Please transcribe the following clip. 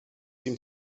seem